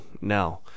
now